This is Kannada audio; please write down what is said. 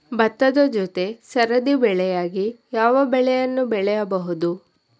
ಭತ್ತದ ಜೊತೆ ಸರದಿ ಬೆಳೆಯಾಗಿ ಯಾವ ಬೆಳೆಯನ್ನು ಬೆಳೆಯಬಹುದು?